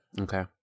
Okay